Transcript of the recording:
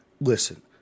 Listen